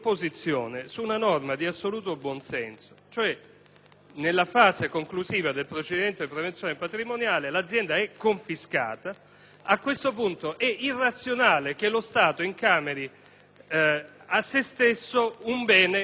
nella fase conclusiva del procedimento di prevenzione patrimoniale, l'azienda è confiscata e a questo punto è irrazionale che lo Stato incameri un bene gravato di imposte che provengono dallo Stato stesso.